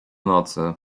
nocy